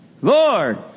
Lord